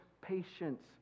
patience